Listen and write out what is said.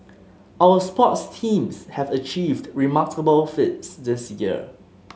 our sports teams have achieved remarkable feats this year